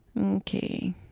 okay